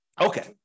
Okay